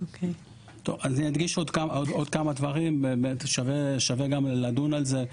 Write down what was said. אני אדגיש עוד כמה דברים, שווה גם לדון על זה.